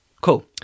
Cool